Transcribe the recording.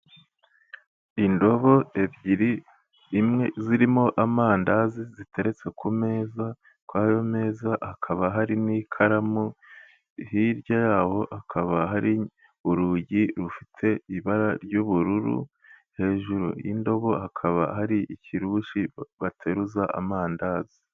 Indobo ebyiri zirimo amandazi ziteretse ku meza kw'ayo meza hakaba hari n'ikaramu' hirya yaho akaba hari urugi rufite ibara ry'ubururu hejuru y'indobo hakaba hari ikirushi bateruza amandazi.